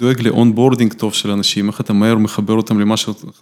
דואג לאונבורדינג טוב של אנשים, איך אתה מהר מחבר אותם למה שאתה..